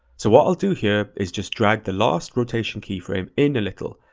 so what i'll do here is just drag the last rotation keyframe in a little,